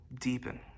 deepen